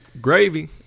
Gravy